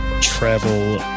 travel